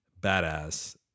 Badass